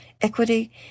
equity